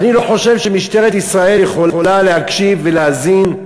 אני לא חושב שמשטרת ישראל יכולה להקשיב ולהאזין,